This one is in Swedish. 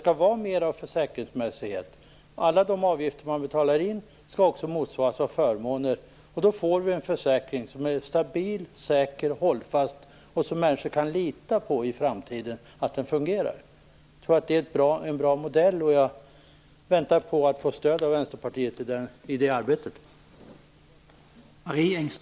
Alla de avgifter man betalar in skall också motsvaras av förmåner. På så sätt får vi en försäkring som är stabil, säker, hållfast och som människor i framtiden kan lita på att den fungerar. Jag tror att det är en bra modell, och jag väntar på att få stöd av Vänsterpartiet i det arbetet.